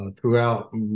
throughout